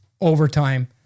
overtime